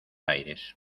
aires